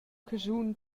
caschun